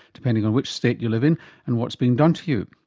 depending on which state you live in and what's being done to you.